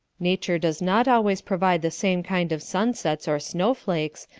nature does not always provide the same kind of sunsets or snow flakes,